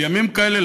בימים כאלה,